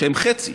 שהם חצי.